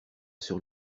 sur